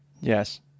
Yes